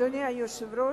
אדוני היושב-ראש,